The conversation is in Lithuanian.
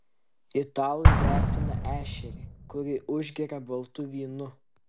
italai vertina ešerį kurį užgeria baltu vynu